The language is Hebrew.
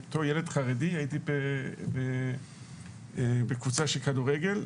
בתור ילד חרדי הייתי בקבוצה של כדורגל,